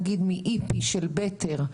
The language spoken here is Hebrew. נניח מ-EP של בטר,